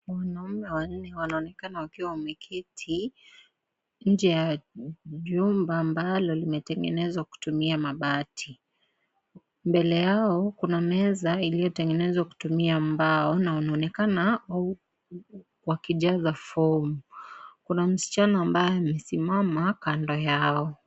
Wanaume wanne wanaonekana wakiwa wameketi nje ya jumba ambalo limetengenezwa kutumia mabati. Mbele yao kuna meza iliyotengenezwa kutumia mbao na wanaonekana wakijaza fomu. Kuna msichana ambaye amesimama kando yao.